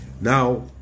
Now